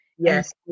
Yes